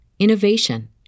innovation